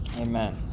Amen